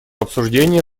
обсуждения